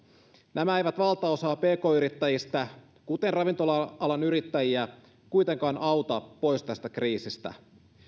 nämä eivät valtaosaa pk yrittäjistä kuten ravintola alan yrittäjiä kuitenkaan auta pois tästä kriisistä